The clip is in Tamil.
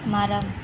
மரம்